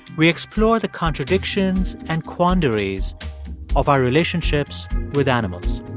we explore the contradictions and quandaries of our relationships with animals